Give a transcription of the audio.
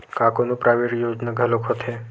का कोनो प्राइवेट योजना घलोक होथे?